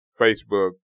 Facebook